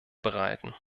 bereiten